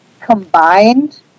combined